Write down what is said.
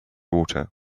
water